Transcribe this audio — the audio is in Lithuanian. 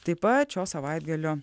taip pat šio savaitgalio